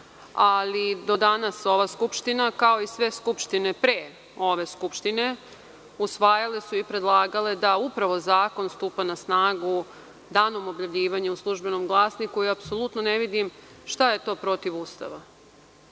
ali do danas ova Skupština kao i sve Skupštine pre ove Skupštine usvajale i predlagale da upravo zakon stupa na snagu danom objavljivanja u „Službenom glasniku“ i apsolutno ne vidim šta je to protiv Ustava.